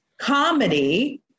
comedy